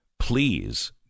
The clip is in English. please